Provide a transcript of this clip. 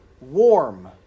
warm